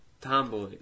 Tomboy